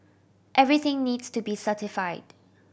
everything needs to be certified